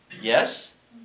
Yes